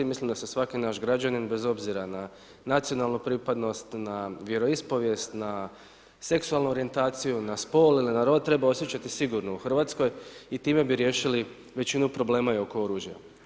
Mislim da se svaki naš građanin bez obzira na nacionalnu pripadnost, na vjeroispovijest, na seksualnu orijentaciju, na spol ili na rod treba osjećati sigurno u Hrvatskoj i time bi riješili većinu problema i oko oružja.